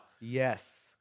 Yes